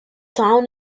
town